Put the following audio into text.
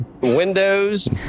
Windows